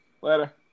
Later